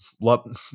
love